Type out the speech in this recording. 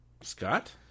Scott